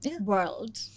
world